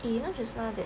eh you know just now that